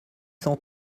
cent